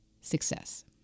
success